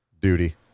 Duty